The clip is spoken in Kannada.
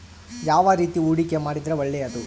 ಯಾವ ರೇತಿ ಹೂಡಿಕೆ ಮಾಡಿದ್ರೆ ಒಳ್ಳೆಯದು?